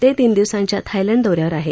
ते तीन दिवसांच्या थायलंड दौ यावर आहेत